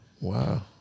Wow